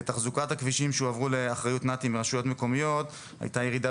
בתחזוקת הכבישים שהועברו לאחריות נת"י מרשויות מקומיות הייתה ירידה